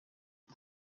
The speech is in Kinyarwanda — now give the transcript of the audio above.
com